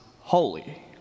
holy